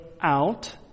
out